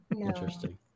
interesting